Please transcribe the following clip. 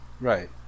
Right